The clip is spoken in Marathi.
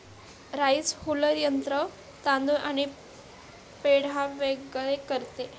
राइस हुलर यंत्र तांदूळ आणि पेंढा वेगळे करते